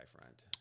front